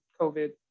COVID